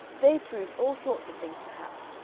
they proved all sorts of things perhaps,